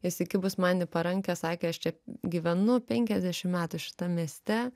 įsikibus man į parankę sakė aš čia gyvenu penkiasdešimt metų šitam mieste